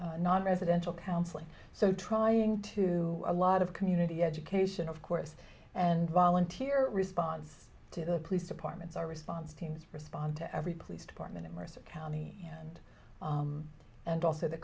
housing nonresidential counseling so trying to a lot of community education of course and volunteer response to the police departments our response teams respond to every police department in mercer county and and also the